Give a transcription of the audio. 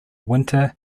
winter